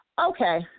Okay